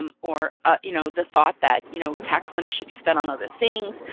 um or ah you know the thought that you know tax money should be spent on other things.